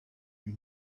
you